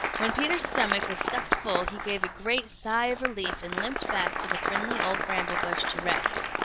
when peter's stomach was stuffed full he gave a great sigh of relief and limped back to the friendly old bramble-bush to rest.